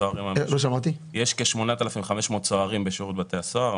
יש כ-8,500 צוערים בשירות בתי הסוהר,